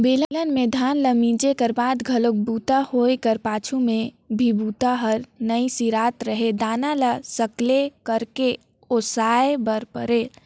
बेलन म धान ल मिंजे कर बाद घलोक बूता होए कर पाछू में भी बूता हर नइ सिरात रहें दाना ल सकेला करके ओसाय बर परय